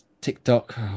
TikTok